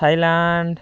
Thailand